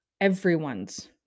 everyone's